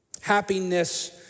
happiness